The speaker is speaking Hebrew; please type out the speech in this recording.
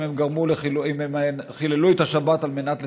אם חיללו את השבת על מנת לתדרך.